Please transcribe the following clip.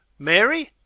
mary?